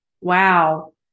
Wow